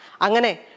Angane